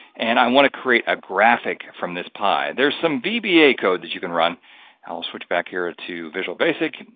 and i want to create a graphic from this pie. there's some vba code that you can run. i will switch back here to visual basic.